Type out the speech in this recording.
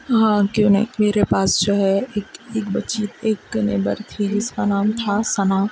ہاں کیوں نہیں میرے پاس جو ہے ایک ایک بچی ایک نیبر تھی جس کا نام تھا ثنا